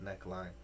neckline